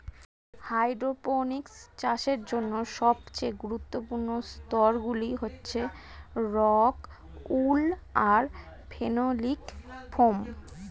hydroponics চাষের জন্য সবচেয়ে গুরুত্বপূর্ণ স্তরগুলি হচ্ছে রক্ উল আর ফেনোলিক ফোম